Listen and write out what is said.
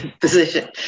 position